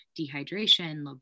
dehydration